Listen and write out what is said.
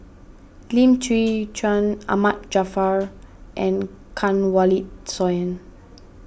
Lim Chwee Chian Ahmad Jaafar and Kanwaljit Soin